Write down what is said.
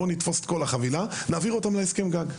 בואו נתפוס את כל החבילה ונעביר אותם להסכם גג.